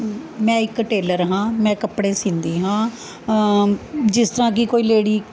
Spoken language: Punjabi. ਮੈਂ ਇੱਕ ਟੇਲਰ ਹਾਂ ਮੈਂ ਕੱਪੜੇ ਸੀਂਦੀ ਹਾਂ ਜਿਸ ਤਰ੍ਹਾਂ ਕਿ ਕੋਈ ਲੇਡੀ